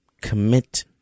Commit